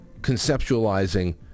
conceptualizing